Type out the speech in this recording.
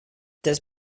das